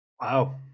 Wow